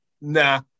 nah